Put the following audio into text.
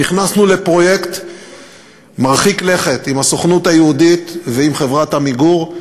נכנסנו לפרויקט מרחיק לכת עם הסוכנות היהודית ועם חברת "עמיגור"